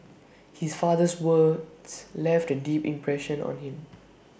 his father's words left A deep impression on him